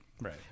right